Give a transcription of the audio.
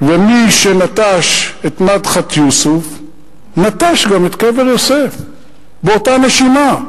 מי שנטש את מדחת יוסף נטש גם את קבר יוסף באותה נשימה,